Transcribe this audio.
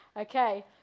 Okay